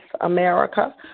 America